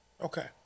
Okay